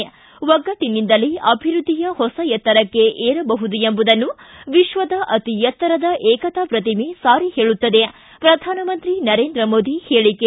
ಿ ಒಗ್ಗಟ್ಟನಿಂದಲೇ ಅಭಿವೃದ್ಧಿಯ ಹೊಸ ಎತ್ತರಕ್ಕೆ ಏರಬಹುದು ಎಂಬುದನ್ನು ವಿಶ್ವದ ಅತೀ ಎತ್ತರದ ಏಕತಾ ಪ್ರತಿಮೆ ಸಾರಿ ಹೇಳುತ್ತದೆ ಪ್ರಧಾನಮಂತ್ರಿ ನರೇಂದ್ರ ಮೋದಿ ಹೇಳಿಕೆ